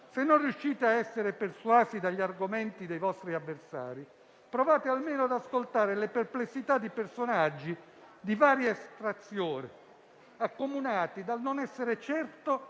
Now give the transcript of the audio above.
Se non riuscite a essere persuasi dagli argomenti dei vostri avversari, provate almeno ad ascoltare le perplessità di personaggi di varia estrazione accomunati dal non essere certo